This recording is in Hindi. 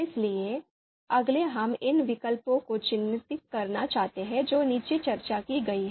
इसलिए अगले हम इन विकल्पों को चिह्नित करना चाहते हैं जो नीचे चर्चा की गई है